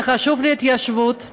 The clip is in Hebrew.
זה חשוב להתיישבות,